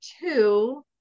two